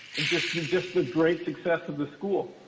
and just the just the great success of the school,